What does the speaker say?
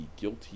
guilty